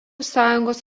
sąjungos